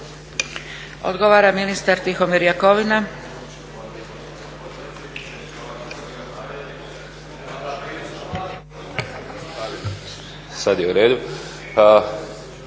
Odgovara ministar Tihomir Jakovina.